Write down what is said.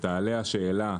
שתעלה השאלה,